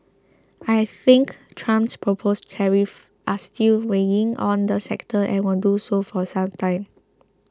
I think Trump's proposed tariffs are still weighing on the sector and will do so for some time